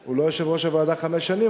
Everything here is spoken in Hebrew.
הוא לא יושב-ראש הוועדה חמש שנים,